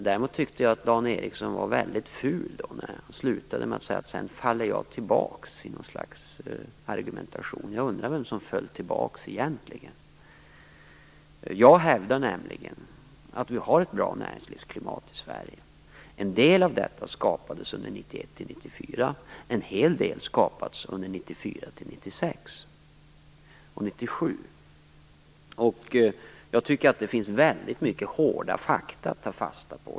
Däremot tycker jag att det var mycket fult gjort av Dan Ericsson att på slutet säga att jag sedan faller tillbaka i något slags argumentation. Jag undrar vem som egentligen föll tillbaka. Jag hävdar nämligen att vi har ett bra näringslivsklimat i Sverige. En del av detta skapades under 1991-1994. En hel del skapades under 1994-1996 och 1997. Det finns väldigt mycket hårda fakta att ta fasta på.